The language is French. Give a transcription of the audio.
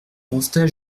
constat